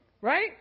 Right